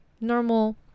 normal